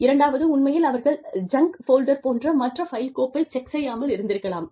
இரண்டாவது உண்மையில் அவர்கள் ஜங்க் ஃபோல்டர் போன்ற மற்ற ஃபைல் கோப்பை செக் செய்யாமல் இருந்திருக்கலாம்